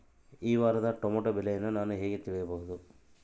ಈ ವಾರದ ಟೊಮೆಟೊ ಬೆಲೆಯನ್ನು ನಾನು ಹೇಗೆ ತಿಳಿಯಬಹುದು?